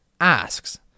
asks